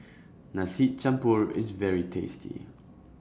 Nasi Campur IS very tasty